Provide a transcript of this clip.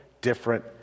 different